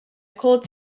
cold